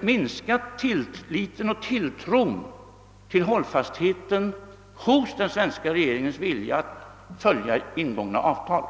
minskat tilliten och tilltron till den svenska regeringens vilja att följa ingångna avtal.